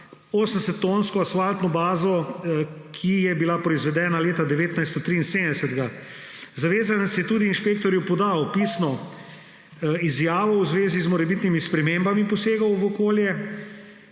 80-tonsko asfaltno bazo, ki je bila proizvedena leta 1973. Zavezanec je tudi inšpektorju podal pisno izjavo v zvezi z morebitnimi spremembami posegov v okolje.